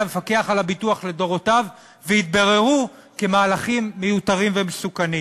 המפקח על הביטוח לדורותיו והתבררו כמהלכים מיותרים ומסוכנים?